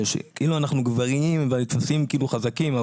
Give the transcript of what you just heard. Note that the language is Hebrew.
כאילו אנחנו גברים ונתפסים כאילו חזקים,